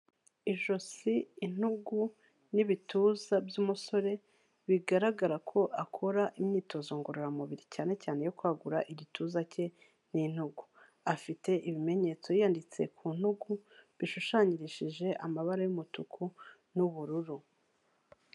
Ijosi, intugu, n'ibituza by'umusore, bigaragara ko akora imyitozo ngororamubiri cyane cyane iyo kwagura igituza cye n'intugu, afite ibimenyetso yiyanditse ku ntugu, bishushanyije amabara y'umutuku, n'ubururu.